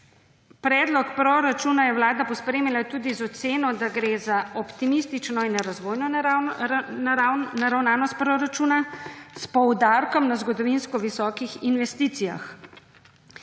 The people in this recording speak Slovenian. Predlog proračuna je Vlada pospremila tudi z oceno, da gre za optimistično in razvojno naravnanost proračuna s poudarkom na zgodovinsko visokih investicijah.